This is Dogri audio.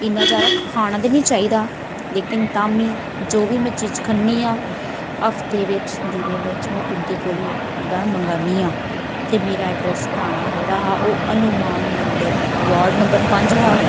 इन्ना ज्य़ादा खाना ते नेईं चाहिदा लेकिन तां बी जो बी में चीज खन्नी हां हफ्ते बिच्च दिने बिच् में तुं'दे कोला गै मंगवानी ते मेरा अडरैस जेहडा हां ओह् हनुमान मंदर बार्ड नम्बर पंज हा